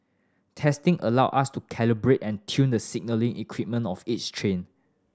testing allow us to calibrate and tune the signalling equipment of each train